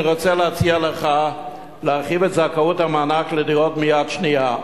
אני רוצה להציע לך להרחיב את זכאות המענק לדירות מיד שנייה.